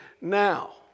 now